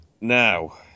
Now